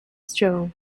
stone